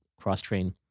cross-train